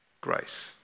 grace